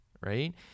right